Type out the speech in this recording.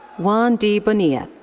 juan d. bonilla.